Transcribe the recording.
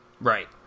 Right